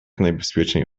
najbezpieczniej